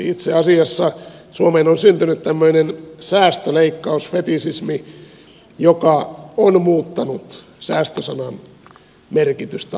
itse asiassa suomeen on syntynyt tämmöinen säästöleikkausfetisismi joka on muuttanut säästö sanan merkitystä alkuperäisestään